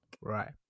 Right